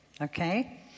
okay